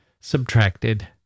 subtracted